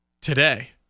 today